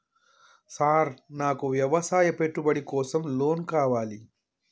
Sir నాకు వ్యవసాయ పెట్టుబడి కోసం లోన్ కావాలి?